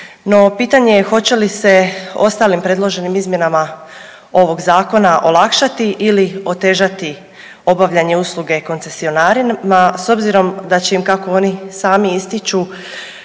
pitanje je hoće li se ostalim predloženim izmjenama ovog zakona olakšati ili otežati obavljanje usluge koncesionarenja s obzirom da će im kako oni sami ističu